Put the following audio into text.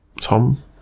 Tom